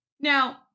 Now